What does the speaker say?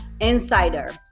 insider